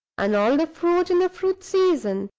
and all the fruit in the fruit season,